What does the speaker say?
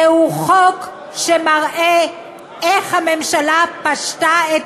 זהו חוק שמראה איך הממשלה פשטה את